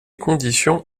conditions